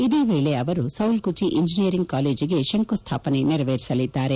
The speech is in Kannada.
ಇದೇ ವೇಳೆ ಅವರು ಸೌಲ್ಕುಚ ಇಂಜಿನಿಯರಿಂಗ್ ಕಾಲೇಜಿಗೆ ಶಂಕುಸ್ವಾಪನೆ ನೆರವೇರಿಸಲಿದ್ದಾರೆ